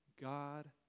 God